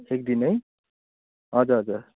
एक दिन है हजुर हजुर